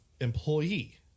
employee